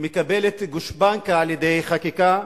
מקבלת גושפנקה על-ידי חקיקה,